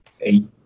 eight